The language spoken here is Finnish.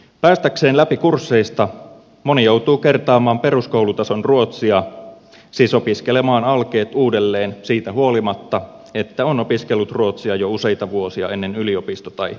päästäkseen läpi kursseista moni joutuu kertaamaan peruskoulutason ruotsia siis opiskelemaan alkeet uudelleen siitä huolimatta että on opiskellut ruotsia jo useita vuosia ennen yliopisto tai ammattikorkeakouluopintoja